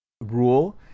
rule